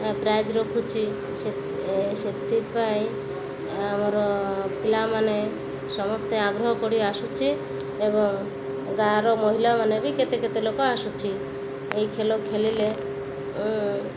prize ରଖୁଛିି ସେଥିପାଇଁ ଆମର ପିଲାମାନେ ସମସ୍ତେ ଆଗ୍ରହ କରି ଆସୁଛିି ଏବଂ ଗାଁର ମହିଳାମାନେ ବି କେତେ କେତେ ଲୋକ ଆସୁଛିି ଏହି ଖେଳ ଖେଳିଲେ